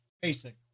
basic